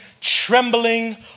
trembling